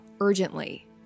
urgently